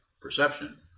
perception